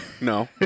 No